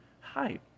hi